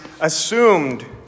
assumed